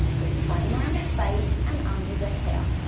the frame around the face and under the hair.